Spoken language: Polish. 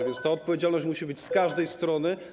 A więc ta odpowiedzialność musi być z każdej strony.